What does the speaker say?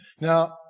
Now